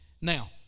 now